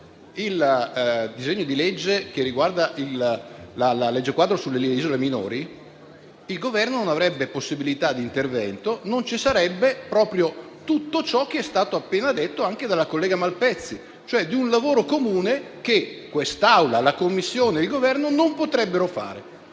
il disegno di legge che concerne la legge quadro sulle isole minori, il Governo non avrebbe possibilità di intervento e verrebbe meno proprio tutto ciò che è stato appena detto anche dalla senatrice Malpezzi, ovvero un lavoro comune che questa Assemblea, la Commissione e il Governo non potrebbero fare.